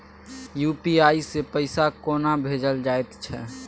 UPI सँ पैसा कोना भेजल जाइत छै?